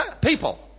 People